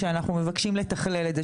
שאנחנו מבקשים לתכלל את זה.